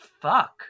fuck